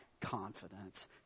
confidence